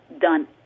done